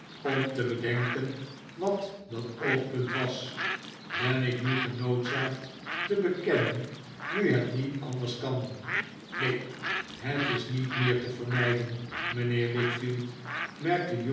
om te bedenken wat dat oogpunt was ben ik nu genoodzaakt te bekennen nu het niet anders kan neen het is niet meer te vermijden mijnheer wickfield merkte